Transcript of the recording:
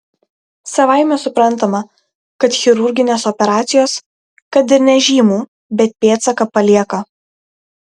savaime suprantama kad chirurginės operacijos kad ir nežymų bet pėdsaką palieka